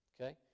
Okay